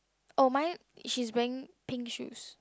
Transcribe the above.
oh mine she's wearing pink shoes